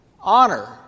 honor